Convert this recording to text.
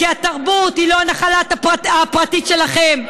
כי התרבות היא לא הנחלה הפרטית שלכם.